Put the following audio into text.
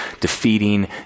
defeating